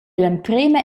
l’emprema